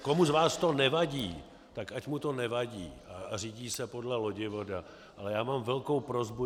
Komu z vás to nevadí, tak ať mu to nevadí a řídí se podle lodivoda, ale já mám velkou prosbu.